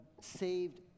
saved